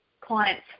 clients